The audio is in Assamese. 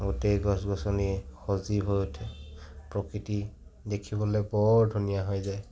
গোটেই গছ গছনি সজীৱ হৈ উঠে প্ৰকৃতি দেখিবলৈ বৰ ধুনীয়া হৈ যায়